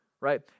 right